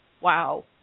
wow